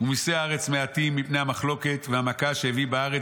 ומיסי הארץ מעטים מפני המחלוקת והמכה שהביא בארץ